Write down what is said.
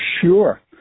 Sure